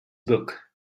book